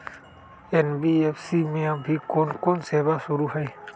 NBFC में अभी कोन कोन सेवा शुरु हई?